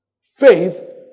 faith